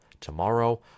tomorrow